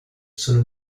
sono